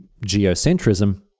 geocentrism